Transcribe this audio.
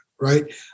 Right